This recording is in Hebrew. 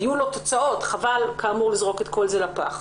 לשיקום הזה היו תוצאות וחבל לזרוק את כל זה לפח.